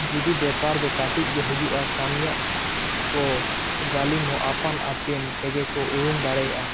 ᱡᱩᱫᱤ ᱵᱮᱯᱟᱨ ᱫᱚ ᱠᱟᱹᱴᱤᱡ ᱜᱮ ᱦᱩᱭᱩᱜᱼᱟ ᱠᱟᱹᱢᱤᱭᱟᱜ ᱠᱚ ᱜᱟᱹᱞᱤᱢ ᱦᱚᱸ ᱟᱯᱟᱱ ᱟᱹᱯᱤᱱ ᱛᱮᱜᱮ ᱠᱚ ᱩᱨᱩᱢ ᱫᱟᱲᱮᱭᱟᱜᱼᱟ